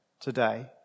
today